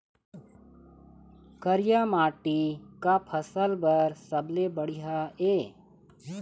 करिया माटी का फसल बर सबले बढ़िया ये?